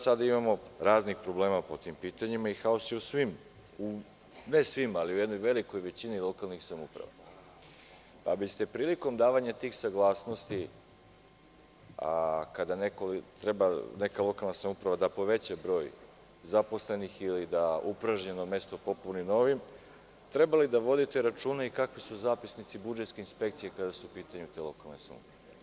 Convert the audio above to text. Sada imamo raznih problema po tim pitanjima i haos je u svim, ne svim, ali u jednoj velikoj većini lokalnih samouprava, pa biste prilikom davanja tih saglasnosti, kada neka lokalna samouprava treba da poveća broj zaposlenih ili da upražnjeno mesto popuni novim, trebali da vodite računa i kakvi su zapisnici budžetske inspekcije, kada su u pitanju te lokalne samouprave.